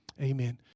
Amen